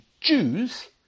Jews